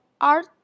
art